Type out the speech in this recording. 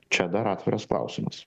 čia dar atviras klausimas